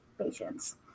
patients